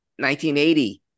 1980